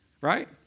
Right